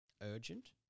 urgent